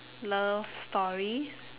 love stories